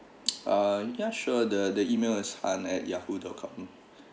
uh yeah sure the the email is han at yahoo dot com